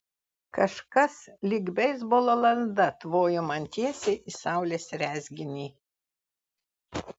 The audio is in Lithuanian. kažkas lyg beisbolo lazda tvojo man tiesiai į saulės rezginį